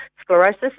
Sclerosis